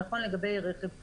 זה נכון לגבי רכב כבד.